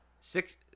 Six